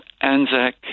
Anzac